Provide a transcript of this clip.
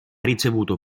ricevuto